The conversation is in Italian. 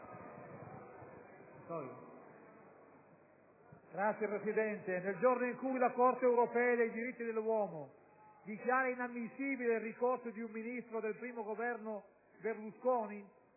è in essa. Nel giorno in cui la Corte europea dei diritti dell'uomo dichiara inammissibile il ricorso di un Ministro del I Governo Berlusconi,